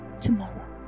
tomorrow